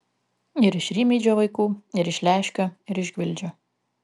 ir iš rimydžio vaikų ir iš leškio ir iš gvildžio